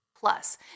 Plus